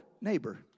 neighbor